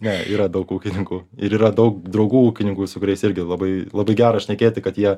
ne yra daug ūkininkų ir yra daug draugų ūkininkų su kuriais irgi labai labai gera šnekėti kad jie